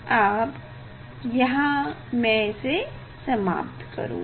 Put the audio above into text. अब यहाँ मैं इसे समाप्त करुंगा